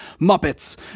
Muppets